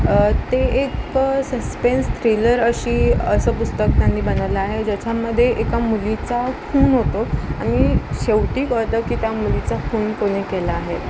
ते एक suspense thriller अशी असं पुस्तक त्यांनी बनवलं आहे ज्याच्यामध्ये एका मुलीचा खून होतो आणि शेवटी कळतं की त्या मुलीचा खून कोणी केला आहे